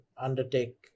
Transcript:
undertake